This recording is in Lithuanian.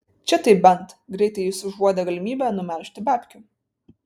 čia tai bent greitai jis užuodė galimybę numelžti babkių